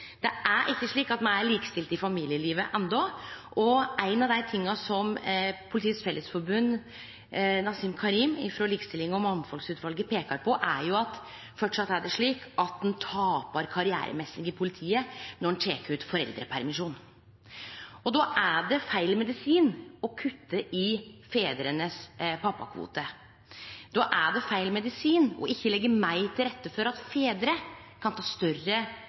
Det er ikkje slik at me er likestilte i familielivet endå. Ein av dei tinga som Nasim Karim i likestillings- og mangfaldsutvalet i Politiets Fellesforbund peikar på, er at framleis er det slik at ein tapar karrieremessig i politiet når ein tek ut foreldrepermisjon. Då er det feil medisin å kutte i pappakvoten til fedrane. Då er det feil medisin ikkje å leggje meir til rette for at fedrar kan ta større